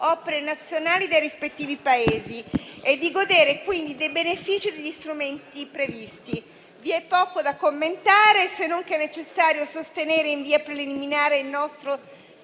nazionali dei rispettivi Paesi e di godere, quindi, dei benefici e degli strumenti previsti. Vi è poco da commentare se non che è necessario sostenere in via preliminare il nostro